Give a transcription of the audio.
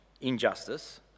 injustice